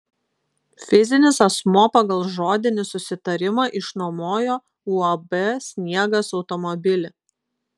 fizinis asmuo pagal žodinį susitarimą išnuomojo uab sniegas automobilį